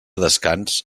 descans